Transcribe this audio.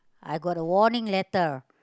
I got warning letter